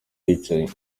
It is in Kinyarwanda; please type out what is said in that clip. bwicanyi